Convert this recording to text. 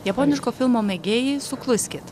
japoniško filmo mėgėjai sukluskit